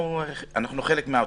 אנחנו חלק מהעותרים.